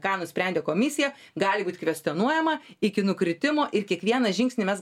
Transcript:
ką nusprendė komisija gali būt kvestionuojama iki nukritimo ir kiekvieną žingsnį mes